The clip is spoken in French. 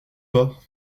pas